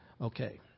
Okay